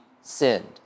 sinned